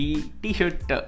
T-shirt